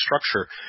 structure